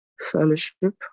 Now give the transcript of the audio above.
fellowship